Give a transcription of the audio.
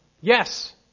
Yes